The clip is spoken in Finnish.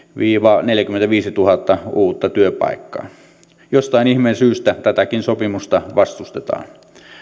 viiva neljäkymmentäviisituhatta uutta työpaikkaa jostain ihmeen syystä tätäkin sopimusta vastustetaan